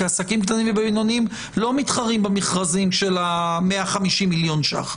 כי העסקים הקטנים והבינוניים לא מתחרים במכרזים של ה-150 מיליון ש"ח.